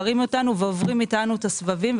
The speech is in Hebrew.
גרים איתנו ועוברים איתנו את הסבבים.